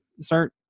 start